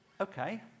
Okay